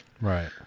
Right